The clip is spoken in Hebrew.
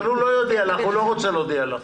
אבל הוא לא רוצה להודיע לך